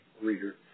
reader